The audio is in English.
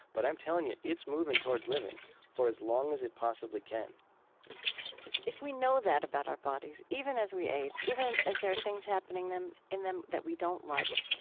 but i'm telling you, it's moving toward living for as long as it possibly can so if we know that about our bodies, even as we age, even as there are things happening in them that we don't like,